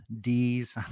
D's